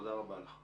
תודה רבה לך.